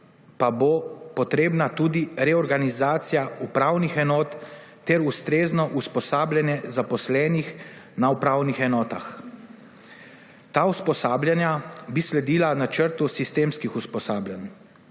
pa bo potrebna tudi reorganizacija upravnih enot ter ustrezno usposabljanje zaposlenih na upravnih enotah. Ta usposabljanja bi sledila načrtu sistemskih usposabljanj.